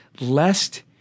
lest